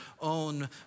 own